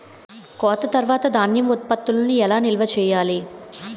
కోత తర్వాత ధాన్యం ఉత్పత్తులను ఎలా నిల్వ చేయాలి?